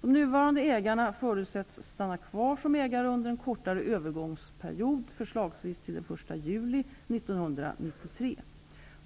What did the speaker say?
De nuvarande ägarna förutsätts stanna kvar som ägare under en kortare övergångsperiod, förslagsvis till den 1 juli 1993.